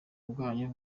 bwanyu